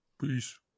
Peace